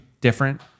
different